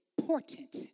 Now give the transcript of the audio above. important